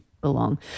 belong